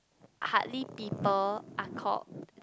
hardly people are called